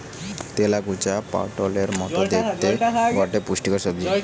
তেলাকুচা পটোলের মতো দ্যাখতে গটে পুষ্টিকর সবজি